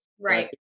Right